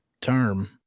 term